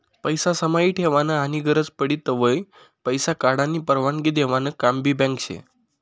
पैसा समाई ठेवानं आनी गरज पडी तव्हय पैसा काढानी परवानगी देवानं काम भी बँक शे